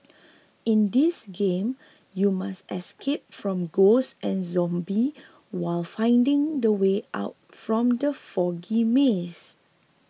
in this game you must escape from ghosts and zombies while finding the way out from the foggy maze